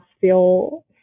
feel